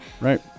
Right